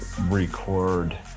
record